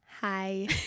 hi